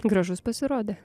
gražus pasirodė